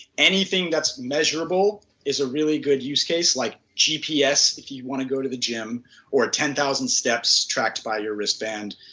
anything that's measurable is a really good use case like gps, if you want to go to the gym or ten thousand steps tracked by your wristband,